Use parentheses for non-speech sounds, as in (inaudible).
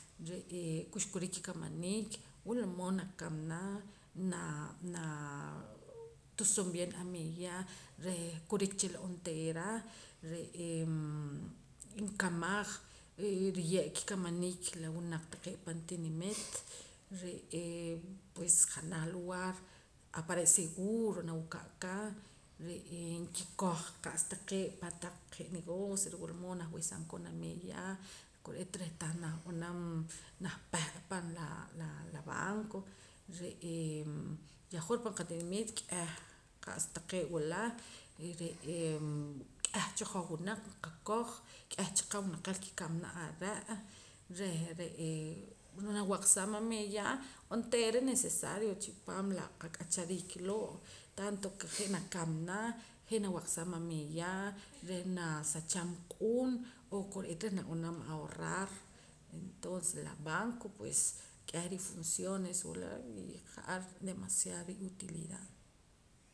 Re'ee kuxkurik rikamaniik wula mood nakamana na naa tusum bien ameeya reh kurik chila onteera re'ee inkamaj ee riye' kikamaniik la wunaq taqee' pan tinimit re'ee pues janaj lugaar apare' seguro nawika'ka re'ee nkikoj qa'sa taqee' je' pataq negocio reh wula mood nah wesaam koon ameeya kore'eet reh tah nah b'anam nah peh'aa pan la laa banco re'ee yahwur pan qatinimiit k'eh qa'sa taqee' wula re'ee k'eh cha hoj wunaq nqakoj k'eh cha qawinaqel ki'kamana are' reh re'ee nab'aq saam ameeya onteera necesario chipaam la qak'achariik loo' tanto ke je' nakamana (noise) je' nawaqsaam ameeya reh naa sacham q'uun o kore'eet reh nab'anam ahorrar entonces la banco pues k'eh rifunciones wula ja'ar demaciado riutulidad